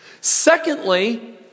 Secondly